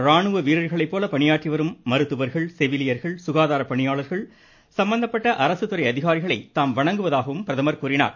ராணுவ வீரர்களை போல பணியாற்றிவரும் மருத்துவர்கள் செவிலியர்கள் சுகாதார பணியாளர்கள் சம்மந்தப்பட்ட அரசுத்துறை அதிகாரிகளை தாம் வணங்குவதாகவும் பிரதமர் குறிப்பிட்டார்